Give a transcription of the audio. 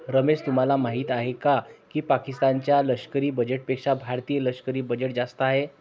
रमेश तुम्हाला माहिती आहे की पाकिस्तान च्या लष्करी बजेटपेक्षा भारतीय लष्करी बजेट जास्त आहे